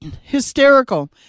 Hysterical